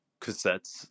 cassettes